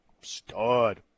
stud